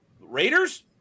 Raiders